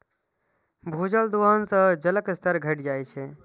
भूजल दोहन सं जलक स्तर घटि जाइत छै